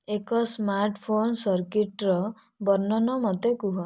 ଏକ ସ୍ମାର୍ଟଫୋନ ସର୍କିଟ୍ର ବର୍ଣ୍ଣନ ମୋତେ କୁହ